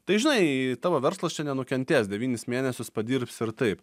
tai žinai tavo verslas čia nenukentės devynis mėnesius padirbs ir taip